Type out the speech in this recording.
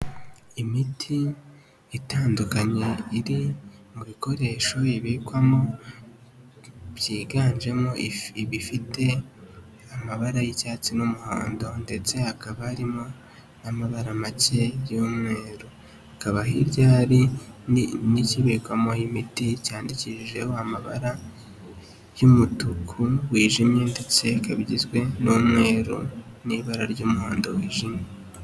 Imiti itandukanye iri mu bikoresho ibikwamo byiganjemo bifite amabara y'icyatsi n'umuhondo ndetse hakaba harimo n'amabara make y'umweru, hakaba hirya hari n'ikibikwamo imiti cyandikishijeho amabara y'umutuku wijimye ndetse ikaba igizwe n'umweru n'ibara ry'umuhodo wijimye.